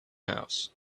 house